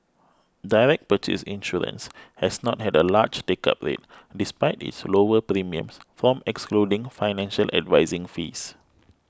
direct purchase insurance has not had a large take up rate despite its lower premiums from excluding financial advising fees